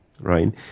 right